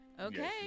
Okay